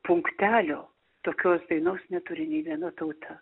punktelio tokios dainos neturi nei viena tauta